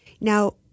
Now